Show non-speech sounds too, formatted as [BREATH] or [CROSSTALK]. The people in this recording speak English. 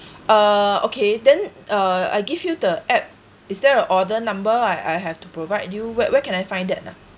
[BREATH] uh okay then uh I give you the app is there a order number I I have to provide you where where can I find that ah